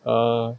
err